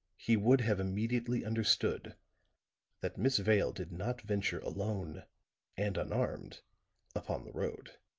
he would have immediately understood that miss vale did not venture alone and unarmed upon the road.